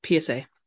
PSA